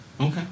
Okay